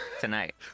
tonight